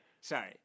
sorry